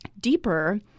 Deeper